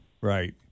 Right